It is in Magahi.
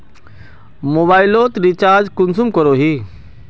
मोबाईल लोत रिचार्ज कुंसम करोही?